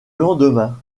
lendemain